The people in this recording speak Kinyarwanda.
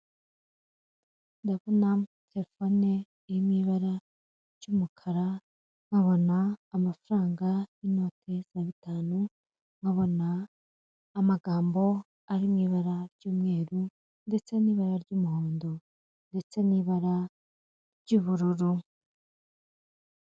Ndabona telefone iri mu ibara ry'umukara, nkabona amafaranga y'inote za bitanu, nkabona amagambo ari mu ibara ry'umweru, ndetse n'ibara ry'umuhondo, ndetse n'ibara ry'ubururu.